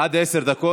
עד עשר דקות.